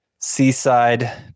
seaside